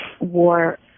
war